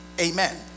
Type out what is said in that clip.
Amen